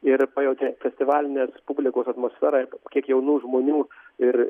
ir pajautė festivalinės publikos atmosferą kiek jaunų žmonių ir